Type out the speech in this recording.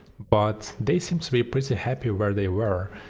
but they seem to be pretty happy where they were.